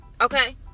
okay